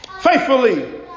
faithfully